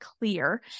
clear